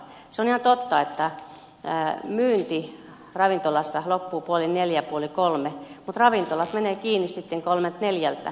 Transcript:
se on ihan totta että myynti ravintolassa loppuu puoli neljä puoli kolme mutta ravintolat menevät kiinni sitten kolmelta neljältä